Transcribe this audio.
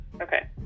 Okay